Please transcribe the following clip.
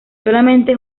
solamente